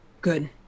Good